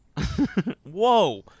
Whoa